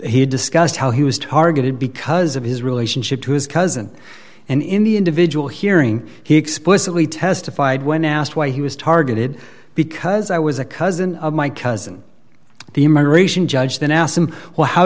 he discussed how he was targeted because of his relationship to his cousin and in the individual hearing he explicitly testified when asked why he was targeted because i was a cousin of my cousin the immigration judge then asked him well how